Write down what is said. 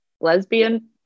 lesbian